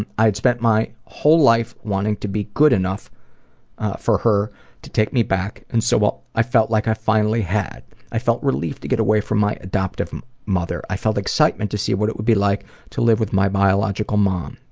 and i had spent my whole life wanting to be good enough for her to take me back and so i felt like i finally had. i felt relieved to get away from my adoptive mother. i felt excitement to see what it would be like to live with my biological mom.